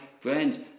Friends